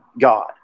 God